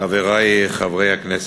חברי חברי הכנסת,